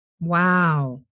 Wow